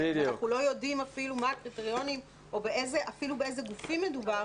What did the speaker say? ואנחנו לא יודעים אפילו מה הקריטריונים או אפילו באילו גופים מדובר,